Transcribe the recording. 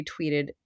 retweeted